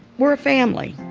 we're a family.